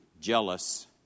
jealous